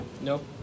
Nope